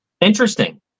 Interesting